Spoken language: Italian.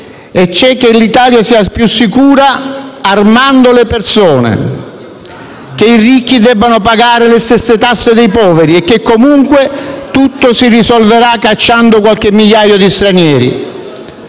l'idea che l'Italia sia più sicura armando le persone, che i ricchi debbano pagare le stesse tasse dei poveri e che, comunque, tutto si risolverà cacciando qualche migliaio di stranieri.